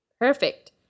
Perfect